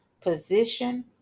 position